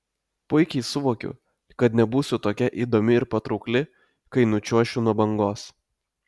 puikiai suvokiu kad nebūsiu tokia įdomi ir patraukli kai nučiuošiu nuo bangos